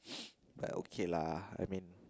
like okay lah I mean